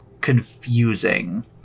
confusing